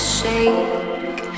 shake